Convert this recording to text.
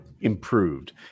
improved